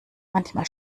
manchmal